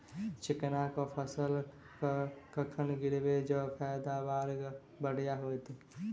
चिकना कऽ फसल कखन गिरैब जँ पैदावार बढ़िया होइत?